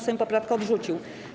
Sejm poprawkę odrzucił.